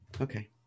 Okay